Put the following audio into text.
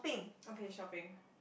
okay shopping